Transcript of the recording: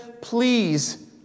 please